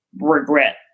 regret